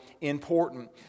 important